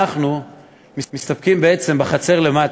אנחנו מסתפקים בעצם בחצר למטה,